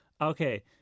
Okay